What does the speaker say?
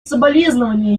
соболезнования